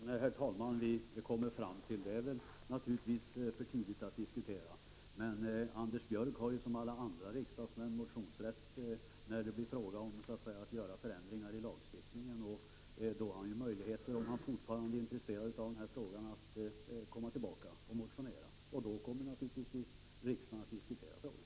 Herr talman! Vilken lösning vi kommer fram till är det naturligtvis för tidigt att diskutera. Men Anders Björck har som alla andra riksdagsmän motionsrätt när det blir fråga om att göra förändringar i lagstiftningen. Då har han möjligheter, om han fortfarande är intresserad av den här frågan, att komma tillbaka och motionera. Då kommer naturligtvis riksdagen att diskutera frågan.